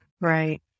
Right